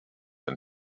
and